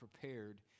prepared